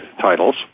titles